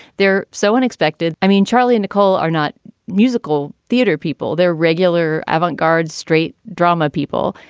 they're so unexpected. i mean, charlie nicole are not musical theater people. they're regular, avant garde, straight drama people.